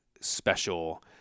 special